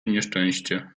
nieszczęście